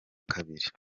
kabiri